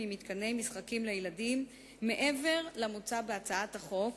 ממתקני משחקים לילדים מעבר למוצע בהצעת החוק,